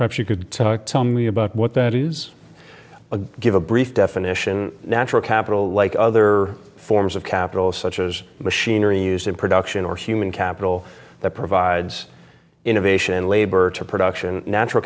perhaps you could tell me about what that is a give a brief definition natural capital like other forms of capital such as machinery used in production or human capital that provides innovation and labor to production natural